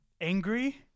Angry